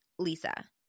Lisa